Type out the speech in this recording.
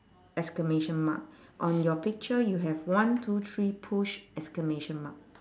exclamation mark on your picture you have one two three push exclamation mark